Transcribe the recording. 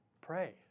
pray